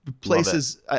places